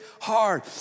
hard